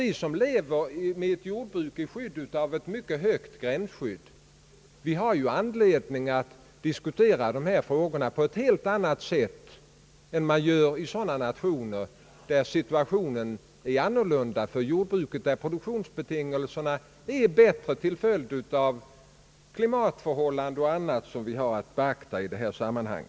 Vi som lever med ett jordbruk under ett mycket högt gränsskydd har emel lertid anledning att diskutera dessa frågor på ett helt annat sätt än man gör i sådana nationer där situationen är annorlunda för jordbruket och produktionsbetingelserna är bättre = till följd av klimatförhållanden och annat som vi har att beakta i detta sammanhang.